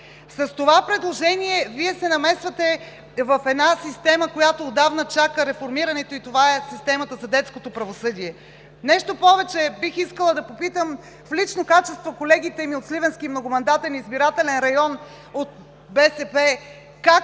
С това предложение Вие се намесвате в една система, която отдавна чака реформирането и това е системата за детското правосъдие. Нещо повече, бих искала да попитам в лично качество колегите ми от Сливенски многомандатен избирателен район от БСП